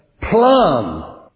plan